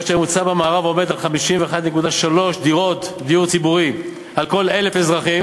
בעוד שהממוצע במערב עומד על 51.3 דירות דיור ציבורי על כל 1,000 אזרחים,